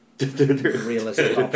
realistic